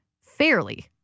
fairly